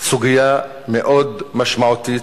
סוגיה מאוד משמעותית,